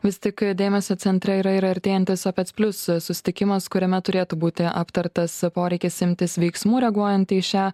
vis tik dėmesio centre yra ir artėjantis opec plius susitikimas kuriame turėtų būti aptartas poreikis imtis veiksmų reaguojant į šią